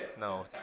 No